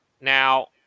Now